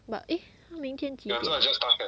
but eh 他们明天几点